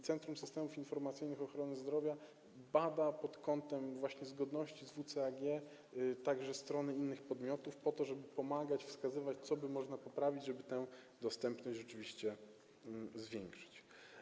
Centrum Systemów Informacyjnych Ochrony Zdrowia bada pod kątem zgodności z WCAG także strony innych podmiotów, żeby pomagać, wskazywać, co można poprawić, żeby tę dostępność rzeczywiście zwiększyć.